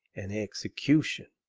an execution.